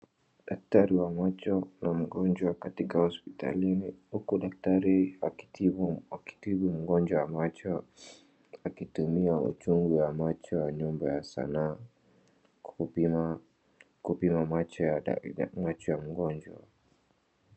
Daktari wa macho na mgonjwa katika hospitalini huku daktari akitibu mgonjwa macho akitumia uchungu wa macho ya nyumba ya sanaa kupima macho ya mgonjwa.